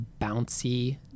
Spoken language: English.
bouncy